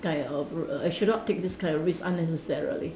sky of r~ I should not take this kind of risk unnecessarily